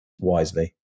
wisely